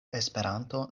esperanto